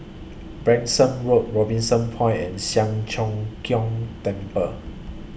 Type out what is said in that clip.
Branksome Road Robinson Point and Siang Cho Keong Temple